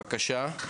בזום, בבקשה.